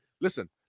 Listen